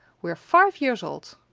we're five years old.